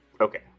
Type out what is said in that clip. Okay